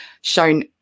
shown